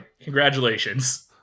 Congratulations